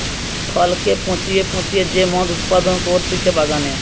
ফলকে পচিয়ে পচিয়ে যে মদ উৎপাদন করতিছে বাগানে